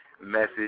message